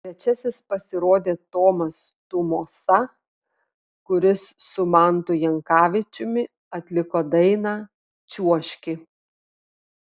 trečiasis pasirodė tomas tumosa kuris su mantu jankavičiumi atliko dainą čiuožki